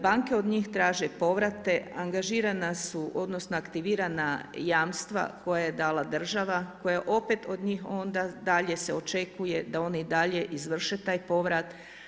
Banke od njih traže povrate, angažirana su, odnosno aktivirana jamstva koje je dala država, koja je, opet od njih onda dalje se očekuje da oni i dalje izvrše taj povrat.